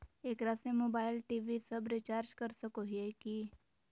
एकरा से mobile TV सब रिचार्ज कर सको हियै की?